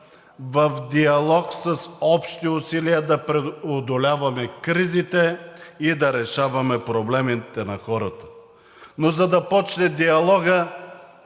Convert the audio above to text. в диалог с общи усилия да преодоляваме кризите и да решаваме проблемите на хората, но за да почне диалогът,